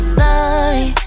sorry